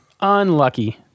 unlucky